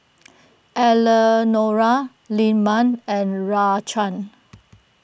Eleonora Lyman and Raquan